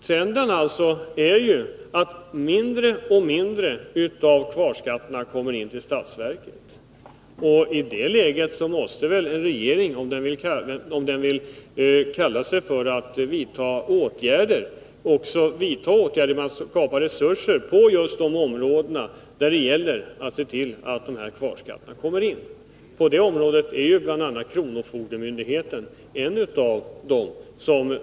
Trenden är alltså att mindre och mindre av kvarskatterna kommer in till statsverket. I ett sådant läge måste en regering om den säger sig vilja vidta åtgärder skapa resurser på de områden där man har att se till att kvarskatterna kommer in. Det gäller alltså bl.a. kronofogdemyndigheten.